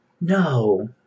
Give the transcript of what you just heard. No